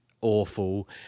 awful